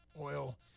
oil